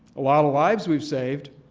a lot of lives we've saved.